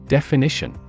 Definition